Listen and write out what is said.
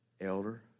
Elder